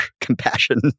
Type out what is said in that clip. compassion